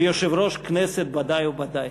של יושב-ראש ודאי וודאי.